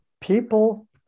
people